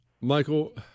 Michael